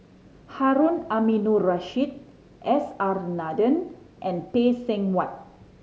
Harun Aminurrashid S R Nathan and Phay Seng Whatt